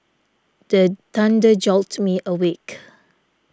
the thunder jolt me awake